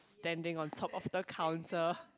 standing on top of the counter